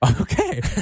Okay